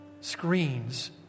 screens